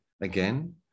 again